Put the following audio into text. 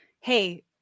hey